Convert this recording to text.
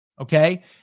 Okay